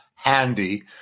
handy